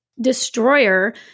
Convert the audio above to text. destroyer